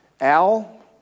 Al